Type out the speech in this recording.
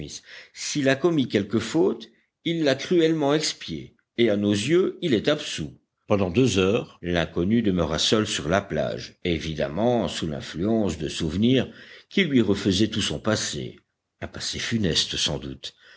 s'il a commis quelque faute il l'a cruellement expiée et à nos yeux il est absous pendant deux heures l'inconnu demeura seul sur la plage évidemment sous l'influence de souvenirs qui lui refaisaient tout son passé un passé funeste sans doute